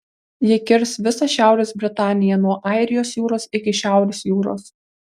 ji kirs visą šiaurės britaniją nuo airijos jūros iki šiaurės jūros